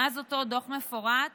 מאז אותו דוח מפורט